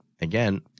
Again